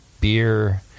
beer